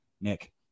nick